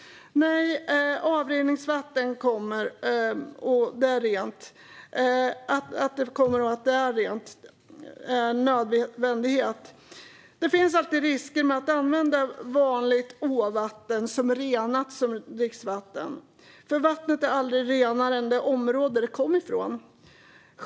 I stället är det en nödvändighet att avrinningsvatten kommer och att det är rent. Det finns alltid risker med att använda vanligt åvatten som renats som dricksvatten. Vattnet är nämligen aldrig renare än det område det kom ifrån.